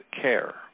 care